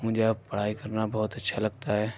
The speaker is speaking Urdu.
مجھے اب پڑھائی کرنا بہت اچھا لگتا ہے